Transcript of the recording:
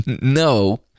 No